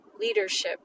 leadership